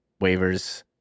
waivers